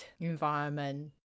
environment